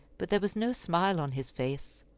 but there was no smile on his face.